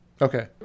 Okay